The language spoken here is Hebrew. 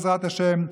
בעזרת השם,